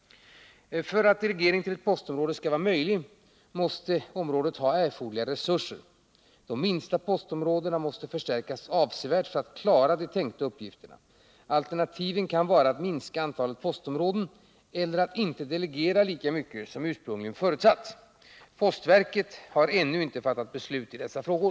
För att delegering till ett postområde skall vara möjlig måste detta ha erforderliga resurser. De minsta postområdena måste förstärkas avsevärt för att klara de tänkta uppgifterna. Alternativen kan vara att minska antalet postområden eller att inte delegera lika mycket som ursprungligen förutsatts. Postverket har ännu inte fattat beslut i dessa frågor.